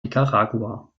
nicaragua